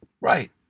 Right